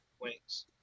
wings